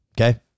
Okay